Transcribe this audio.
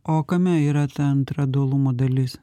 o kame yra ta antra dualumo dalis